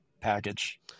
package